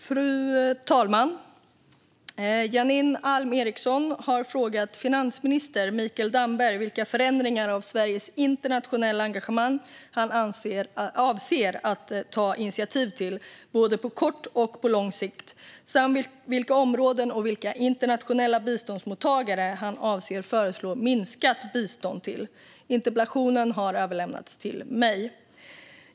Fru talman! Janine Alm Ericson har frågat finansminister Mikael Damberg vilka förändringar av Sveriges internationella engagemang han avser att ta initiativ till, både på kort och på lång sikt, samt vilka områden och vilka internationella biståndsmottagare han avser att föreslå minskat bistånd till. Interpellationen har överlämnats till mig.